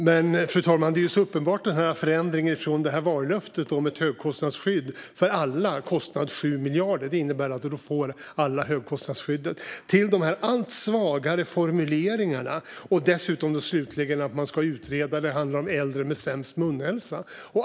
Fru talman! Det är ju en uppenbar förändring från vallöftet om ett högkostnadsskydd för alla till en kostnad av 7 miljarder, som då innebär att alla får högkostnadsskyddet, till de allt svagare formuleringarna och dessutom slutligen att man ska utreda och att det handlar om de äldre som har sämst munhälsa.